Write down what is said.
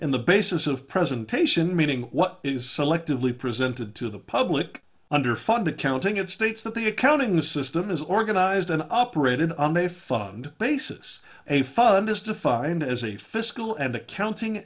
in the basis of presentation meaning what is selectively presented to the public under funded counting it states that the accounting system is organized and operated on a fund basis a fund is defined as a fiscal and accounting